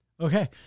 Okay